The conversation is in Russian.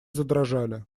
задрожали